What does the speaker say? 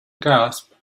gasped